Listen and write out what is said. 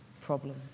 problem